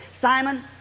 Simon